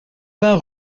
vingts